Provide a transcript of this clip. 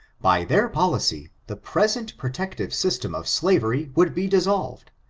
by their policy, the present protective system of slavery would be dissolved,